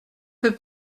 peu